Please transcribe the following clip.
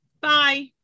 bye